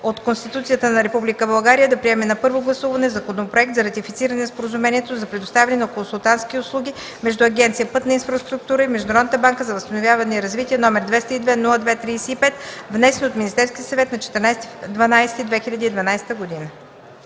от Конституцията на Република България да приеме на първо гласуване Законопроект за ратифициране на Споразумението за предоставяне на консултантски услуги между Агенция „Пътна инфраструктура” и Международната банка за възстановяване и развитие, № 202-02-35, внесен от Министерския съвет на 14 декември